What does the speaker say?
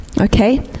Okay